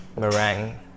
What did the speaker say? meringue